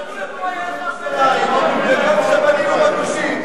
הוא מתרגל לקרוא קריאות ביניים, שבנינו בגושים,